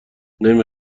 نمی